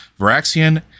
Varaxian